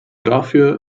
dafür